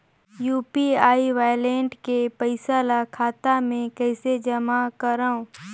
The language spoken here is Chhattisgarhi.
यू.पी.आई वालेट के पईसा ल खाता मे कइसे जमा करव?